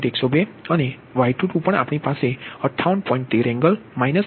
102 અને છે Y22 પણ આપણી પાસે 58